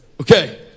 Okay